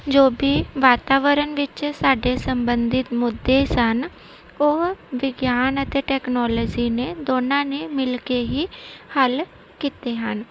ਜੋ ਵੀ ਵਾਤਾਵਰਨ ਵਿੱਚ ਸਾਡੇ ਸੰਬੰਧਿਤ ਮੁੱਦੇ ਸਨ ਉਹ ਵਿਗਿਆਨ ਅਤੇ ਟੈਕਨੋਲੋਜੀ ਨੇ ਦੋਨਾਂ ਨੇ ਮਿਲ ਕੇ ਹੀ ਹੱਲ ਕੀਤੇ ਹਨ